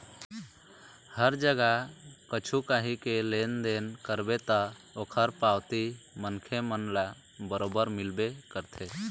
हर जगा कछु काही के लेन देन करबे ता ओखर पावती मनखे मन ल बरोबर मिलबे करथे